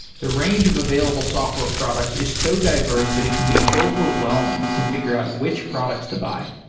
the range of available software products is so diverse that it can be overwhelming to figure out which products to buy.